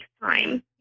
time